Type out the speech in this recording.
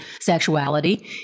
sexuality